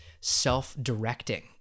self-directing